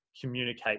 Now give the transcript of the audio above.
communicate